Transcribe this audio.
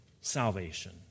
salvation